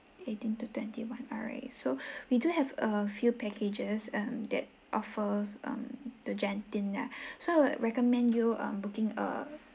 eighteen to twenty one alright so we do have err few packages um that offers um to genting so I would recommend you um booking err